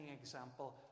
example